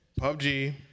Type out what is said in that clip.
PUBG